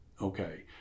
okay